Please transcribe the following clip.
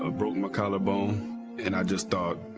ah broke my collarbone, and i just thought,